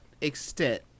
extent